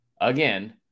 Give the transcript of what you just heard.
Again